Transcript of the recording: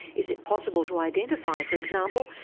is it possible to identify, for example,